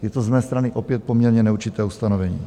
Je to z mé strany opět poměrně neurčité ustanovení.